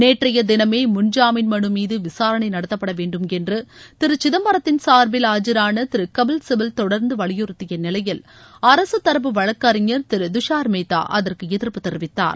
நேற்றைய தினமே முன்ஜாமீன் மீது விசாரணை நடத்தப்பட வேண்டும் என்று திரு சிதம்பரத்தின் சார்பில் ஆஜரான திரு கபில்சிபல் தொடர்ந்து வலியுறத்திய நிலையில் அரசு தரப்பு வழக்கறிஞர் திரு துஷார் மேத்தா அதற்கு எதிர்ப்பு தெரிவித்தார்